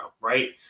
right